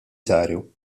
saru